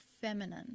feminine